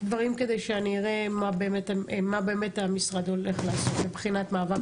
לשמוע ולראות מה באמת המשרד הולך לעשות מבחינת מאבק בתאונות דרכים.